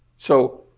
so,